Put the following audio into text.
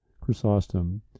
Chrysostom